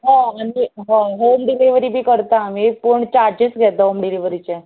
हय आनी हय होम डिलीव्हरी बी करता आमी पूण चार्जीस घेता होम डिलीव्हरीचे